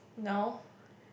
no